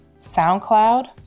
SoundCloud